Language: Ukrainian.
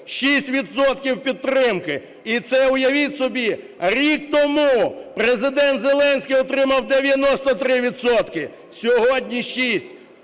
підтримки. І це, уявіть собі, рік тому Президент Зеленський отримав 93 відсотки -